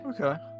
Okay